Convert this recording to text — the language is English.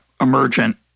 emergent